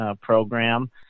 program